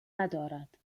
ندارد